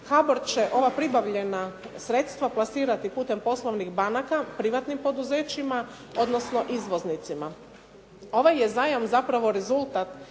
HBOR će ova pribavljena sredstva plasirati putem poslovnih banaka privatnim poduzećima, odnosno izvoznicima. Ovaj je zajam zapravo rezultat